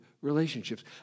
relationships